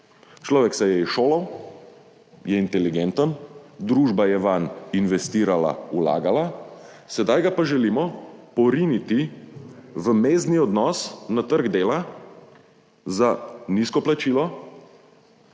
Človek se je izšolal, je inteligenten, družba je vanj investirala, vlagala, sedaj ga pa želimo poriniti v mezdni odnos na trg dela za nizko plačilo